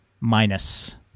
minus